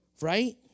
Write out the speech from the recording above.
right